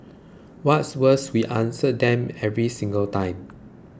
what's worse we answer them every single time